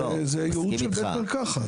זהו הייעוד של בית מרקחת.